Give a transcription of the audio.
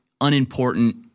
unimportant